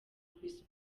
chris